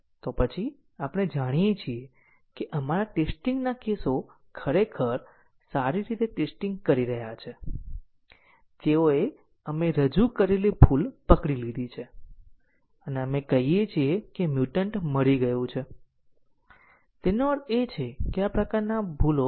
તેથી નાના પ્રેગ્રામો માટે આપણે સૌપ્રથમ નક્કી કરીએ છીએ કે સાયક્લોમેટિક કોમ્પલેક્ષીટી શું છે તે લીનીયર રીતે ઇનડીપેડેંટ માર્ગોનો સમૂહ નક્કી કરે છે અને પછી ટેસ્ટીંગ કેસો ડિઝાઇન પ્રસ્તાવ પ્રસ્તાવિત કરે છે જે આ માર્ગોને ચલાવશે